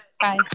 Bye